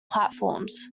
platforms